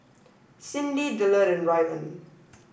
Cyndi Dillard and Rylan